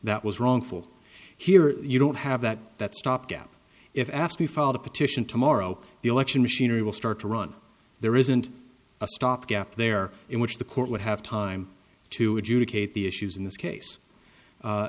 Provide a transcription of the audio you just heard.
that was wrongful here you don't have that that stopgap if ascii file the petition tomorrow the election machinery will start to run there isn't a stopgap there in which the court would have time to adjudicate the issues in this case